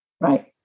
Right